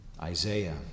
Isaiah